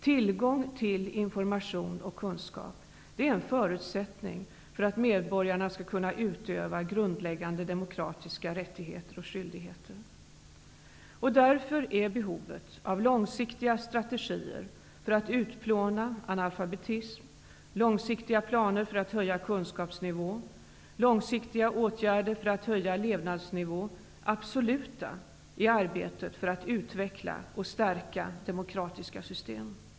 Tillgång till information och kunskap är en förutsättning för att medborgarna skall kunna utöva grundläggande demokratiska rättigheter och skyldigheter. Därför är behovet av långsiktiga strategier för att utplåna analfabetism, långsiktiga planer för att höja kunskapsnivå samt långsiktiga åtgärder för att höja levnadsnivå ett absolut behov i arbetet för att utveckla och stärka demokratiska system.